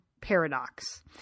paradox